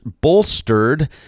bolstered